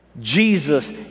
Jesus